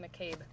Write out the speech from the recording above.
McCabe